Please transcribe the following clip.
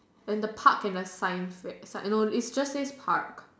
and the park and the sign you know it just says park